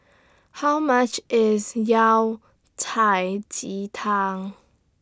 How much IS Yao Cai Ji Tang